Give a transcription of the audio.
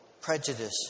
prejudice